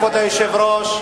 כבוד היושב-ראש,